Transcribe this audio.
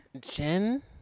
Jen